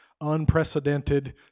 unprecedented